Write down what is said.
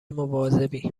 مواظبی